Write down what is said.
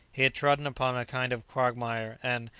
he had trodden upon a kind of quagmire and,